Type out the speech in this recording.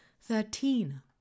Thirteen